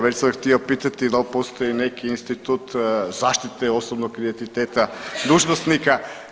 Već sam htio pitati da li postoji neki institut zaštite osobnog identiteta dužnosnika.